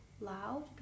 loud